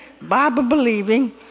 Bible-believing